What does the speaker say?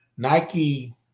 Nike